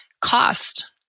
cost